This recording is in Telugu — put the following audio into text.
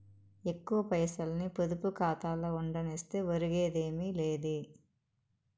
ఎక్కువ పైసల్ని పొదుపు కాతాలో ఉండనిస్తే ఒరిగేదేమీ లా